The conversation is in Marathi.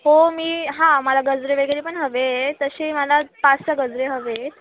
हो मी हां मला गजरे वगैरे पण हवे आहे तसे मला पाच सहा गजरे हवे